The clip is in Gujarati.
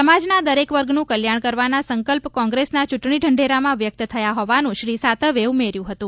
સમાજના દરેક વર્ગનું કલ્યાણ કરવાના સંકલ્પ કોંગ્રેસના ચૂંટણી ઢંઢેરામાં વ્યક્ત થયા હોવાનું શ્રી સાતવે ઉમેર્યું હતું